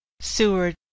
Seward